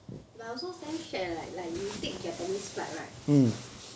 but also damn sad leh like like you take japanese flight right